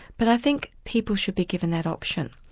but i think people should be given that option.